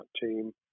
team